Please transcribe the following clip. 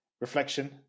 reflection